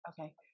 okay